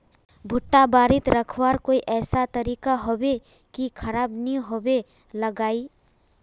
भुट्टा बारित रखवार कोई ऐसा तरीका होबे की खराब नि होबे लगाई?